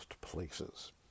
places